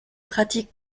pratique